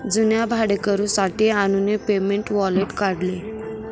जुन्या भाडेकरूंसाठी अनुने पेमेंट वॉरंट काढले